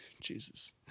jesus